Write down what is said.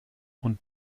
und